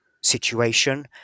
situation